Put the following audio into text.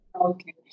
Okay